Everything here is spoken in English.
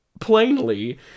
plainly